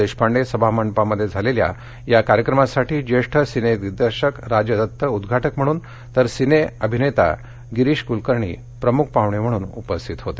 देशपांडे सभामंडपामध्ये झालेल्या या कार्यक्रमासाठी ज्येष्ठ सिनेदिग्दर्शक राजदत्त उद्वाटक म्हणून तर सिनेअभिनेता गिरीश कुलकर्णी प्रमुख पाहणे म्हणून उपस्थित होते